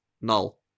null